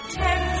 ten